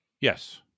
Yes